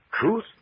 truth